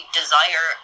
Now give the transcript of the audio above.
desire